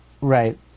Right